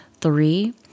Three